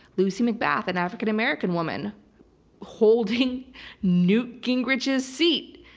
lucy mcbath, an african-american woman holding newt gingrich's seat.